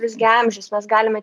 visgi amžius mes galime